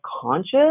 conscious